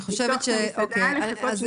לדחות בשנתיים ואז להנגיש את זה.